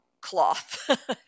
cloth